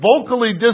vocally